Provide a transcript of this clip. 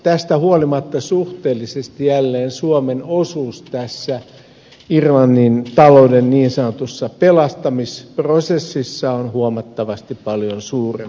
tästä huolimatta suhteellisesti jälleen suomen osuus irlannin talouden niin sanotussa pelastamisprosessissa on huomattavasti paljon suurempi